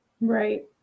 Right